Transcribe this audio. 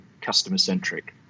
customer-centric